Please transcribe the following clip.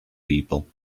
people